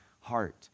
heart